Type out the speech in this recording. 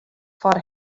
foar